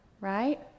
Right